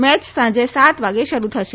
match સાંજે સાત વાગે શરૂ થશે